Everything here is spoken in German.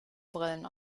brillen